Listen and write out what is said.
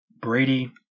Brady